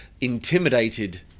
intimidated